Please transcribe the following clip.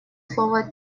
слово